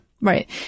Right